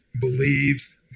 believes